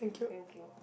thank you